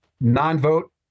non-vote